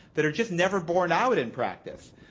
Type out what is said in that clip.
that are just never born out in practice.